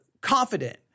confident